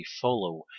follow